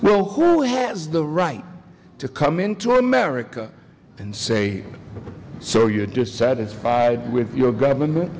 will who has the right to come into america and say so you're dissatisfied with your government